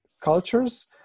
cultures